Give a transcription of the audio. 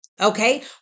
okay